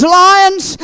lions